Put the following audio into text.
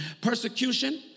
Persecution